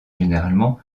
généralement